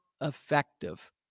effective